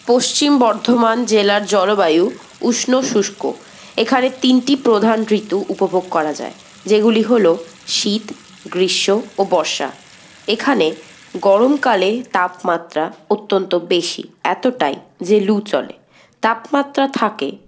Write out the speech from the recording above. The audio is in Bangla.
পশ্চিম বর্ধমান জেলার জলবায়ু উষ্ণ শুষ্ক এখানে তিনটি প্রধান ঋতু উপভোগ করা যায় যেগুলি হলো শীত গ্রীষ্ম ও বর্ষা এখানে গরমকালে তাপমাত্রা অত্যন্ত বেশি এতটাই যে লু চলে তাপমাত্রা থাকে